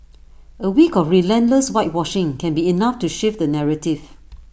A week of relentless whitewashing can be enough to shift the narrative